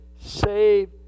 save